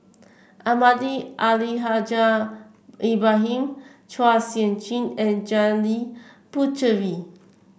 Almahdi Al Haj Ibrahim Chua Sian Chin and Janil Puthucheary